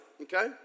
okay